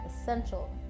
essential